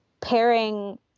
pairing